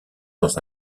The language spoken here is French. dans